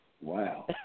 Wow